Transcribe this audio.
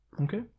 Okay